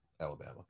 Alabama